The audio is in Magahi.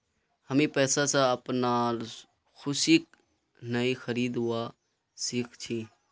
हामी पैसा स अपनार खुशीक नइ खरीदवा सख छि